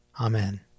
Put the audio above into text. Amen